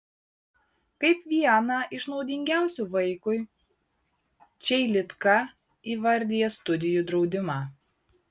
kaip vieną iš naudingiausių vaikui čeilitka įvardija studijų draudimą